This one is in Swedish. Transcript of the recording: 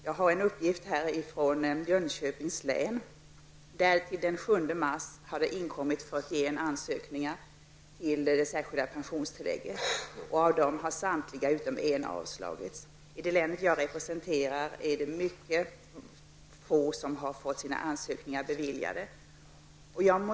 Jag har en uppgift från Jönköpings län om att det där t.o.m. den 7 mars hade inkommit 41 ansökningar om det särskilda pensionstillägget varav samtliga utom en hade avslagits. I det län som jag representerar är det mycket få som har fått sina ansökningar beviljade.